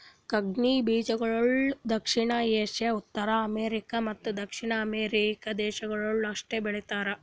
ಕಂಗ್ನಿ ಬೀಜಗೊಳ್ ದಕ್ಷಿಣ ಏಷ್ಯಾ, ಉತ್ತರ ಅಮೇರಿಕ ಮತ್ತ ದಕ್ಷಿಣ ಅಮೆರಿಕ ದೇಶಗೊಳ್ದಾಗ್ ಅಷ್ಟೆ ಬೆಳೀತಾರ